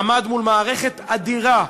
עמד מול מערכת אדירה,